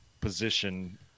position